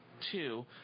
two